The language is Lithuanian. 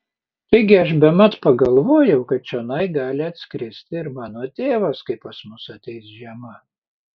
taigi aš bemat pagalvojau kad čionai gali atskristi ir mano tėvas kai pas mus ateis žiema